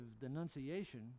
denunciation